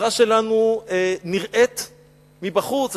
החברה שלנו נראית מבחוץ,